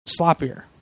sloppier